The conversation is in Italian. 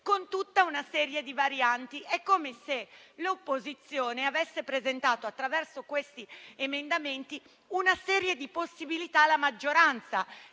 con tutta una serie di varianti. È come se l'opposizione avesse presentato, attraverso questi emendamenti, una serie di possibilità alla maggioranza,